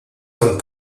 von